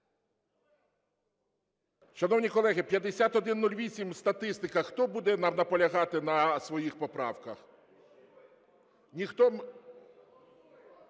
Шановні колеги, 5108, статистика. Хто буде наполягати на своїх поправках? Ніхто?